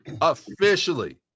Officially